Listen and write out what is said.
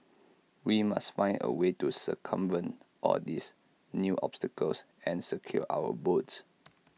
we must find A way to circumvent all these new obstacles and secure our votes